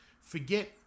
forget